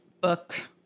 book